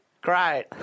Great